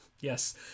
Yes